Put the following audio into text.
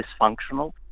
dysfunctional